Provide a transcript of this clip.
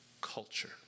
culture